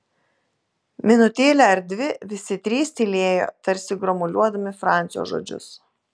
minutėlę ar dvi visi trys tylėjo tarsi gromuliuodami francio žodžius